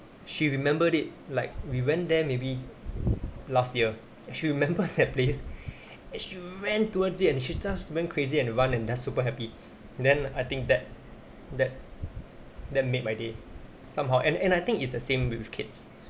she remembered it like we went there maybe last year she remember that place and she ran towards it and she just went crazy and run and just super happy then I think that that that made my day somehow and and I think it's the same with with kids